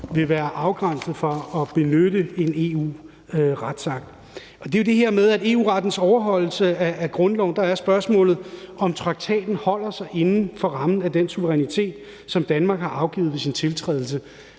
vil være afgrænset fra at benytte en EU's retsakt. Det er jo det her med EU-rettens overholdelse af grundloven. Der er spørgsmålet, om traktaten holder sig inden for rammen af den suverænitet, som Danmark har afgivet ved sin tiltrædelse,